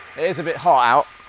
is a bit hot out.